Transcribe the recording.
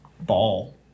ball